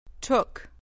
took